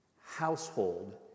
household